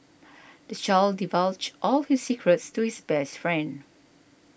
this child divulged all his secrets to his best friend